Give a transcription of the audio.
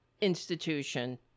institution